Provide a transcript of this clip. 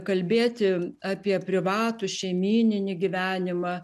kalbėti apie privatų šeimyninį gyvenimą